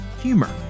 humor